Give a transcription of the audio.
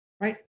Right